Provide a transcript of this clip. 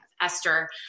Esther